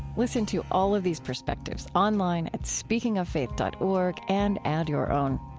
listen to all of these perspectives online at speakingoffaith dot org and add your own.